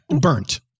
Burnt